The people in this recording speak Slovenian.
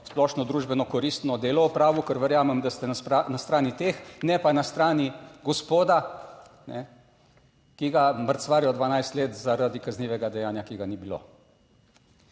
splošno družbeno koristno delo opravil, ker verjamem, da ste na strani teh, ne pa na strani gospoda, ki ga mrcvarijo 12 let zaradi kaznivega dejanja, ki ga ni bilo.